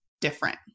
different